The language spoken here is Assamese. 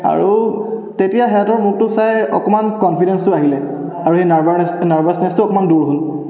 আৰু তেতিয়া সিহঁতৰ মুখটো চাই অকণমান কনফিডেঞ্চটো আহিলে আৰু সেই নাৰ্ভানেছ নাৰ্ভাছনেছটো অকণমান দূৰ হ'ল